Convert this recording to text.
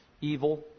evil